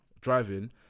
driving